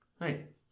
Nice